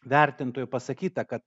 vertintojų pasakyta kad